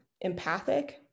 empathic